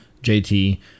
JT